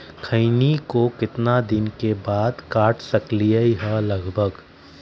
खैनी को कितना दिन बाद काट सकलिये है लगभग?